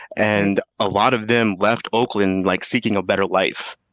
and a lot of them left oakland like seeking a better life.